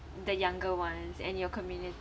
the younger ones and your community